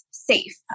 Safe